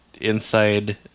inside